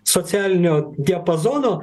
socialinio diapazono